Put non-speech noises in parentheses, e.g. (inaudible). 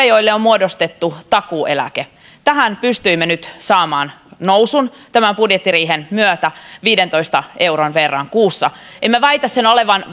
(unintelligible) joille on muodostettu takuueläke tähän pystyimme nyt saamaan nousun tämän budjettiriihen myötä viidentoista euron verran kuussa emme väitä sen olevan (unintelligible)